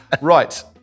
right